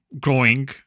growing